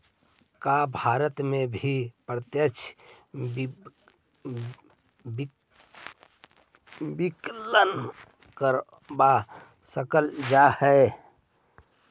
का भारत में भी प्रत्यक्ष विकलन करवा सकल जा हई?